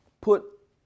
put